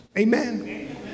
Amen